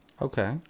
Okay